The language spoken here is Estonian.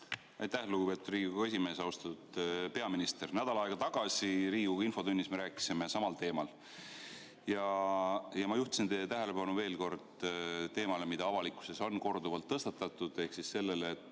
Aitäh, lugupeetud Riigikogu esimees! Austatud peaminister! Nädal aega tagasi Riigikogu infotunnis me rääkisime samal teemal. Ja ma juhtisin teie tähelepanu veel kord teemale, mida avalikkuses on korduvalt tõstatatud, ehk siis sellele,